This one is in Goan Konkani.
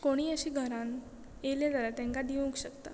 कोणीय अशें घरान येयले जाल्यार तांकां दिवंक शकता